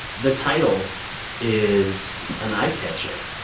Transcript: the title is an eye-catcher.